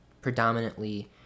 predominantly